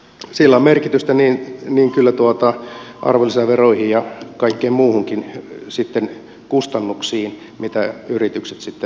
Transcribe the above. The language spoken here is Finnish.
sillä on kyllä merkitystä arvonlisäveroihin ja kaikkiin muihinkin kustannuksiin mitä yritykset sitten maksavat